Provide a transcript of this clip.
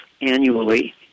annually